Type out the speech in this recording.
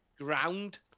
ground